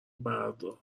بردار